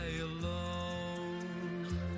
alone